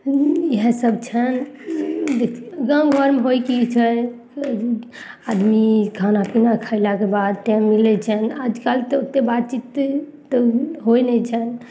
इएह सब छनि गाम घरमे होइ की छै आदमी खाना पीना खेलाके बाद टाइम मिलै छनि आजकल तऽ ओते बातचीत होइ नहि छनि